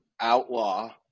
Outlaw